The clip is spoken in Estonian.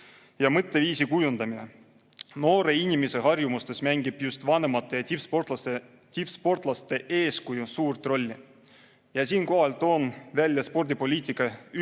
ja mõtteviisi kujundamine. Noore inimese harjumustes mängib just vanemate ja tippsportlaste eeskuju suurt rolli. Siinkohal toon välja spordipoliitika üldeesmärgi